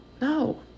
No